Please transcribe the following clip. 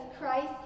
Christ